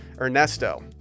Ernesto